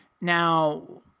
Now